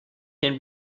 can